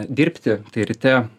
dirbti tai ryte